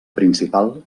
principal